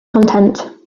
content